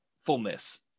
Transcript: fullness